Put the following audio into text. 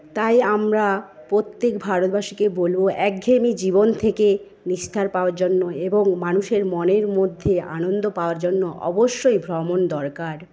তাই আমরা প্রত্যেক ভারতবাসীকে বলবো একঘেয়েমি জীবন থেকে নিস্তার পাওয়ার জন্য এবং মানুয়ের মনের মধ্যে আনন্দ পাওয়ার জন্য অবশ্যই ভ্রমণ দরকার